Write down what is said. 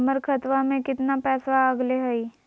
हमर खतवा में कितना पैसवा अगले हई?